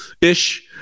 Ish